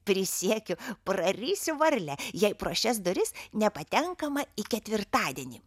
prisiekiu prarysiu varlę jei pro šias duris nepatenkama į ketvirtadienį